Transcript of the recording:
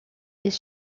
des